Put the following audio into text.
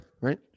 Right